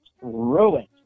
ruined